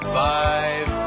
five